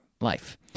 life